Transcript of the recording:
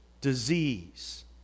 disease